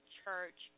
church